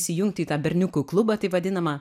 įsijungti į tą berniukų klubą taip vadinamą